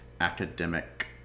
academic